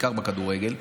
בעיקר בכדורגל,